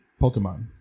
Pokemon